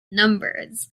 numbers